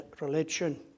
religion